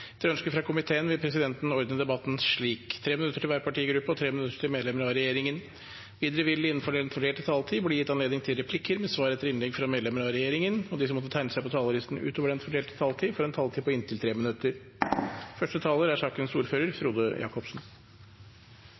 Etter ønske fra helse- og omsorgskomiteen vil presidenten ordne debatten slik: 3 minutter til hver partigruppe og 3 minutter til medlemmer av regjeringen. Videre vil det – innenfor den fordelte taletid – bli gitt anledning til inntil sju replikker med svar etter innlegg fra medlemmer av regjeringen, og de som måtte tegne seg på talerlisten utover den fordelte taletid, får også en taletid på inntil 3 minutter. Retten til helse er